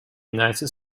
united